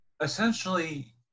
essentially